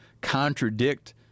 contradict